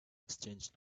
exchange